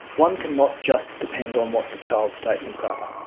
one cannot just depend on what the child's statements are.